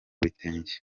bitenge